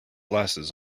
glasses